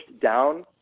down